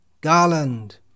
garland